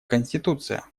конституция